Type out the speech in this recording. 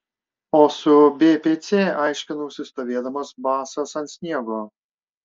o su bpc aiškinausi stovėdamas basas ant sniego